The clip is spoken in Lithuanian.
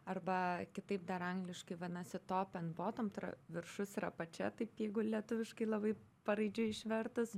arba kitaip dar angliškai vadinasi top and bottom viršus ir apačia taip jeigu lietuviškai labai paraidžiui išvertus